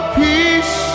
peace